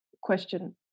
Question